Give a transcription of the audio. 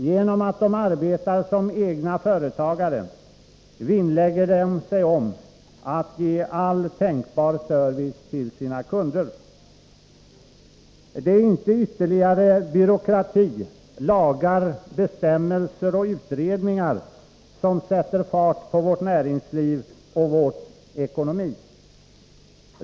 Genom att de arbetar som egna företagare vinnlägger de sig om att ge all tänkbar service till sina kunder. Det är inte ytterligare byråkrati, lagar, bestämmelser och utredningar som sätter fart på vårt näringsliv och vår ekonomi.